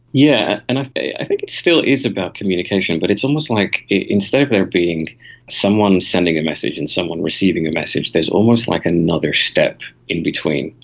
yeah and i think it still is about communication but it's almost like instead of there being someone sending a message and someone receiving a message, there's almost like another step in between,